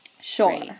Sure